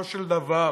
בסופו של דבר.